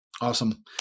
Awesome